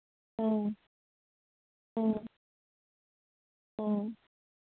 ꯎꯝ ꯎꯝ ꯎꯝ